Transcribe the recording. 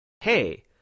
hey